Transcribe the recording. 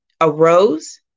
arose